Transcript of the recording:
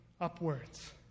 upwards